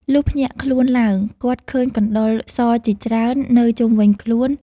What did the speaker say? លុះភ្ញាក់ខ្លួនឡើង គាត់ឃើញកណ្តុរសជាច្រើន នៅ ជុំវិញខ្លួន ។